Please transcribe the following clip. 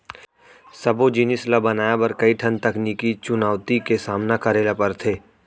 सबो जिनिस ल बनाए बर कइ ठन तकनीकी चुनउती के सामना करे ल परथे